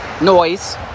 noise